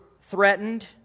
threatened